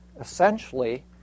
essentially